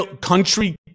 Country